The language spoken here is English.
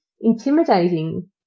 intimidating